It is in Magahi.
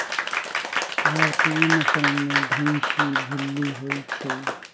भारतीय नसल में भइशी भूल्ली होइ छइ